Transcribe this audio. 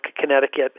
Connecticut